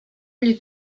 egli